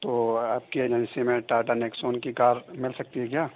تو آپ کی ایجنسی میں ٹاٹا نیکسون کی کار مل سکتی ہے کیا